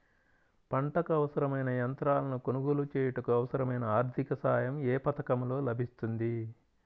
పంటకు అవసరమైన యంత్రాలను కొనగోలు చేయుటకు, అవసరమైన ఆర్థిక సాయం యే పథకంలో లభిస్తుంది?